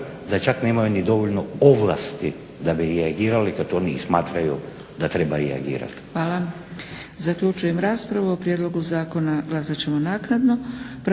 da čak nemaju ni dovoljno ovlasti da bi reagirali kad oni smatraju da treba reagirati. **Zgrebec, Dragica (SDP)** Hvala. Zaključujem raspravu. O prijedlogu zakona glasat ćemo naknadno.